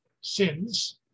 sins